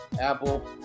Apple